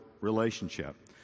relationship